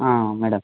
madam